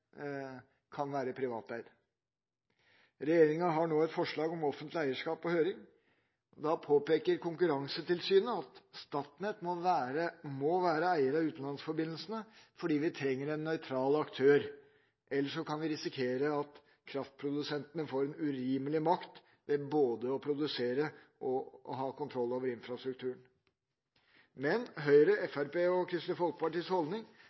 kan være privateide. Regjeringa har nå et forslag om offentlig eierskap på høring. Konkurransetilsynet påpeker at Statnett må være eier av utenlandsforbindelsene fordi vi trenger en nøytral aktør. Vi kan ellers risikere at kraftprodusentene får en urimelig stor makt ved både å produsere og ha kontroll over infrastrukturen. Men Høyres, Fremskrittspartiets og Kristelig Folkepartis holdning